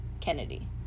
Kennedy